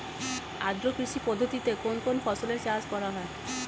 আদ্র কৃষি পদ্ধতিতে কোন কোন ফসলের চাষ করা হয়?